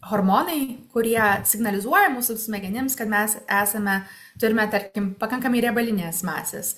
hormonai kurie signalizuoja mūsų smegenims kad mes esame turime tarkim pakankamai riebalinės masės